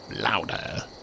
louder